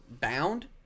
bound